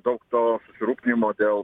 daug to susirūpinimo dėl